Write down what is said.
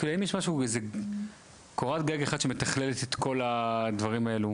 כאילו אם יש איזו קורת גג אחת שמתכללת את כל הדברים האלו?